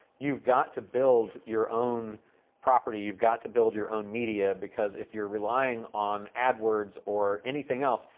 you've got to build your own property, you've got to build your own media, because if you're relying on adwords or anything else,